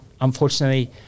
unfortunately